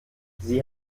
sie